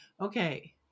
okay